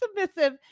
submissive